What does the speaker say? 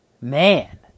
man